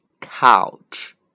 Couch